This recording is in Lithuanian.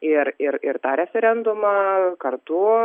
ir ir ir tą referendumą kartu